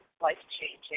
life-changing